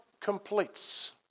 completes